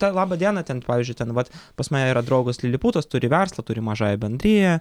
ta laba diena ten pavyzdžiui ten vat pas mane yra draugas liliputas turi verslą turi mažąją bendriją